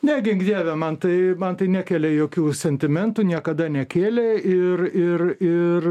ne gink dieve man tai man tai nekelia jokių sentimentų niekada nekėlė ir ir ir